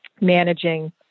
managing